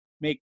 make